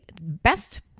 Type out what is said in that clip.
best